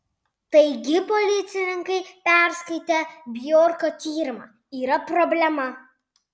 taigi policininkai perskaitę bjorko tyrimą yra problema